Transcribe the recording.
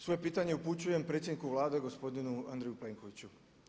Svoje pitanje upućujem predsjedniku Vlade gospodinu Andreju Plenkoviću.